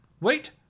Wait